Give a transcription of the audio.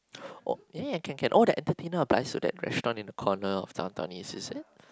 oh eh can can oh that entertainer but it's still that restaurant in the corner of Downtown-East is it